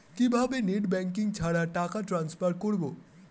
কিভাবে net banking ছাড়া টাকা টান্সফার করব?